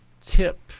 tip